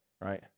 right